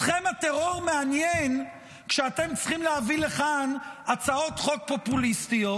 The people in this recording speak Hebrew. אתכם הטרור מעניין כשאתם צריכים להביא לכאן הצעות חוק פופוליסטיות